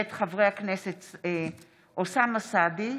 של חברי הכנסת גדעון סער,